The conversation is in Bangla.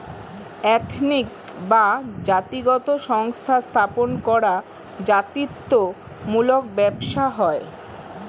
এথনিক বা জাতিগত সংস্থা স্থাপন করা জাতিত্ব মূলক ব্যবসা হয়